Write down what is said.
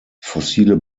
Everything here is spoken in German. fossile